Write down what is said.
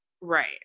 Right